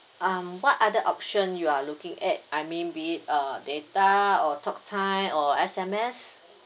um what other option you are looking at I mean be it uh data or talk time or S_M_S